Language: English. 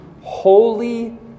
holy